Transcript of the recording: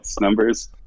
numbers